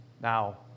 Now